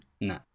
No